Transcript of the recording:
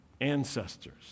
ancestors